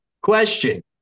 question